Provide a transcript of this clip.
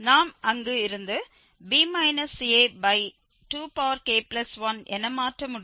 நாம் அங்கு இருந்து 2k1 என மாற்ற முடியும்